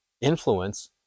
influence